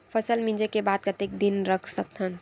फसल मिंजे के बाद कतेक दिन रख सकथन?